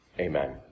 Amen